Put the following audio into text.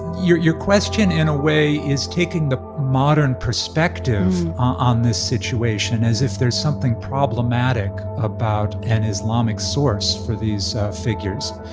your your question, in a way, is taking the modern perspective on this situation, as if there's something problematic about an islamic source for these figures.